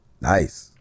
nice